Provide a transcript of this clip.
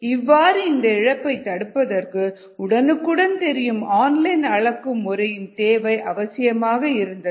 இவ்வாறு இந்த இழப்பை தடுப்பதற்கு உடனுக்குடன் தெரியும் ஆன்லைன் அளக்கும் முறையின் தேவை அவசியமாக இருந்தது